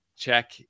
check